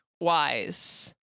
wise